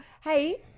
Hey